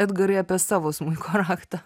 edgarai apie savo smuiko raktą